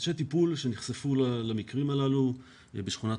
אנשי טיפול שנחשפו למקרים הללו בשכונת